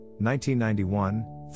1991